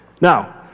Now